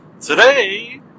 Today